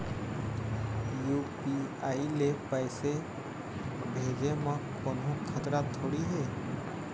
UPI ले पैसे भेजे म कोन्हो खतरा थोड़ी हे?